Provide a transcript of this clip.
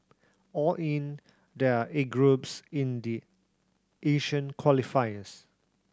all in there are eight groups in the Asian qualifiers